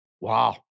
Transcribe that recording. Wow